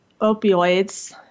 opioids